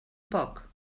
poc